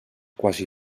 quasi